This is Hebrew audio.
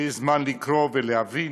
שיש זמן לקרוא ולהבין,